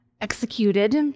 Executed